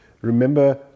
remember